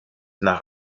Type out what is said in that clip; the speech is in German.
nach